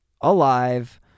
alive